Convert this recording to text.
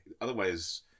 otherwise